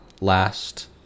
last